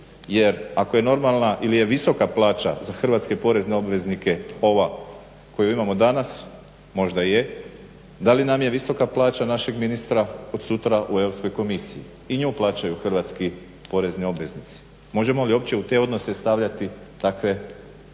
jer ako je normalna ili je visoka plaća za hrvatske porezne obveznike ova koju imamo danas možda je da li nam je visoka plaća našeg ministra od sutra u Europskoj komisiji. I nju plaćaju hrvatski porezni obveznici. Možemo li uopće u te odnose stavljati takve